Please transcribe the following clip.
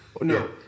No